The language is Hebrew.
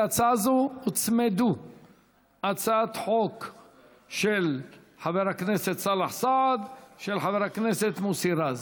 להצעה זו הוצמדו הצעת חוק של חבר הכנסת סאלח סעד ושל חבר הכנסת מוסי רז,